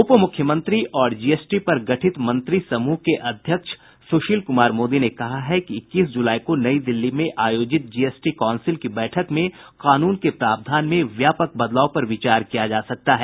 उपमुख्यमंत्री और जीएसटी पर गठित मंत्री समूह के अध्यक्ष सुशील कुमार मोदी ने कहा है कि इक्कीस जुलाई को नई दिल्ली में आयोजित जीएसटी काउंसिल की बैठक में कानून के प्रावधान में व्यापक बदलाव पर विचार किया जा सकता है